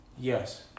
Yes